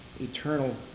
eternal